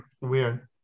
weird